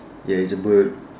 ya it's a bird